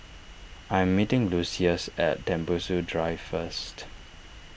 I am meeting Lucious at Tembusu Drive first